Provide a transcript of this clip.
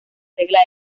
regla